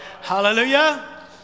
hallelujah